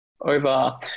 over